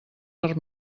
per